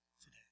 today